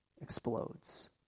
explodes